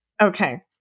Okay